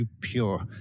pure